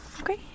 Okay